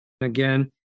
again